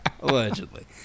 allegedly